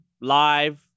live